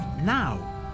now